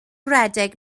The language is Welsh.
rhedeg